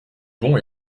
bons